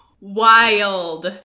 wild